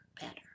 better